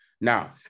Now